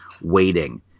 waiting